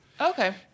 Okay